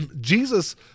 Jesus